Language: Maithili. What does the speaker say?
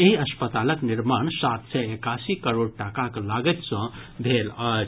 एहि अस्पतालक निर्माण सात सय एकासी करोड़ टाकाक लागति सँ भेल अछि